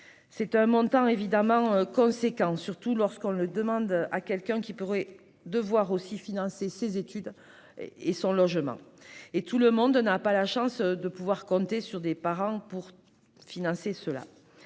C'est un montant évidemment important, surtout lorsqu'on le demande à quelqu'un qui doit aussi financer ses études, voire un logement. Tout le monde n'a pas la chance de pouvoir compter sur ses parents pour tout cela.